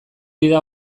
dira